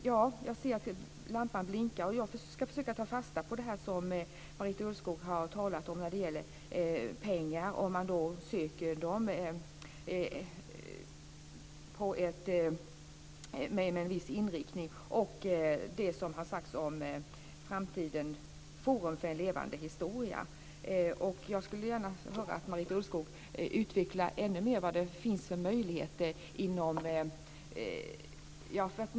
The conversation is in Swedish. Jag ska försöka ta fasta på det som Marita Ulvskog har talat om när det gäller pengar som söks för en viss inriktning och det som har sagts om framtiden och Forum för levande historia. Jag skulle gärna vilja att Marita Ulvskog ytterligare utvecklar vilka möjligheter som finns.